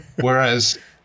whereas